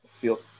feel